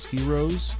Heroes